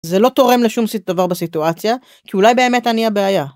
זה לא תורם לשום דבר בסיטואציה, כי אולי באמת אני הבעיה.